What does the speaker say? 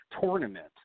tournament